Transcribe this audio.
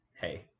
Hey